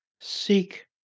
seek